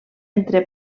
entre